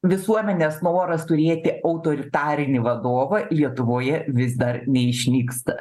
visuomenės noras turėti autoritarinį vadovą lietuvoje vis dar neišnyksta